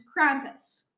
krampus